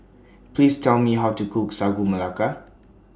Please Tell Me How to Cook Sagu Melaka